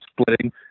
splitting